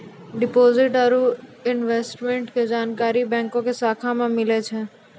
deposit आरू investment के जानकारी बैंको के शाखा मे मिली जाय छै